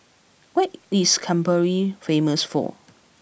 what is Canberra famous for